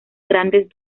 grandes